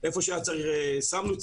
איפה שהיה צריך שמנו תשומות.